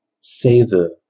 Savor